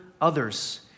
others